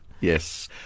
Yes